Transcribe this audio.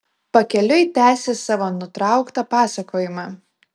pakeliui tęsi savo nutrauktą pasakojimą